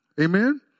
Amen